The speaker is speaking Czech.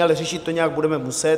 Ale řešit to nějak budeme muset.